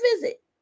visit